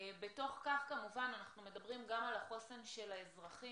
בתוך כך כמובן אנחנו מדברים גם על החוסן של האזרחים,